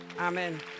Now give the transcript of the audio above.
Amen